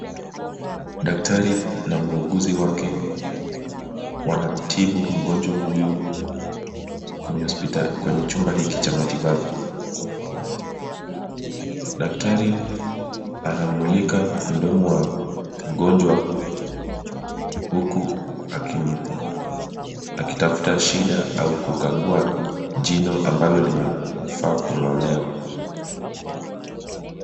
Daktari, na muuguzi wake wanamtibu mgonjwa huyu, kwenye chumba hiki cha matibabu. Daktari, anamulika mdomo wa mgonjwa huku akitafuta shida au kukagua jino ambalo linafaa kung'olewa.